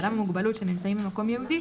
ואדם עם מוגבלות שנמצאים במקום ייעודי,